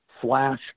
flash